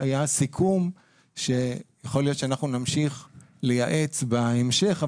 היה סיכום שיכול להיות שנמשיך לייעץ בהמשך,